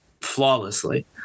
flawlessly